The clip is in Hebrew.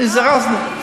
זירזנו.